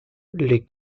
les